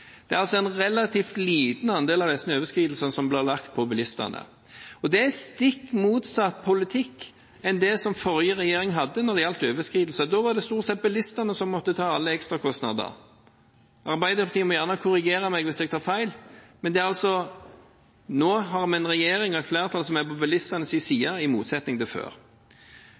Det er altså en relativt liten andel av disse overskridelsene som blir lagt på bilistene, og det er stikk motsatt av den forrige regjeringens politikk når det gjaldt overskridelser. Da var det stort sett bilistene som måtte ta alle ekstrakostnadene. Arbeiderpartiet må gjerne korrigere meg hvis jeg tar feil, men nå har vi altså en regjering og et flertall som er på